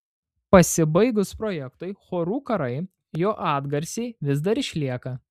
pasibaigus projektui chorų karai jo atgarsiai vis dar išlieka